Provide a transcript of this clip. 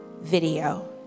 video